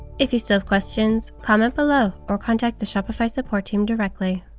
if you still have questions, comment below or contact the shopify support team directly.